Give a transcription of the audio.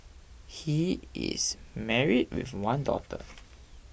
he is married with one daughter